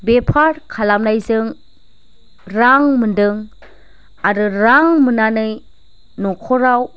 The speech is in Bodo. बेफार खालामनायजों रां मोनदों आरो रां मोननानै न'खराव